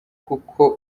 kuko